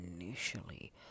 initially